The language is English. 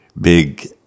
big